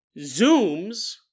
zooms